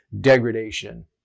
degradation